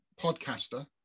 podcaster